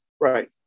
Right